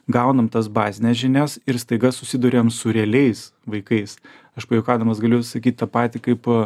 gaunam tas bazines žinias ir staiga susiduriam su realiais vaikais aš pajuokaudamas galiu sakyt tą patį kaip